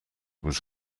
was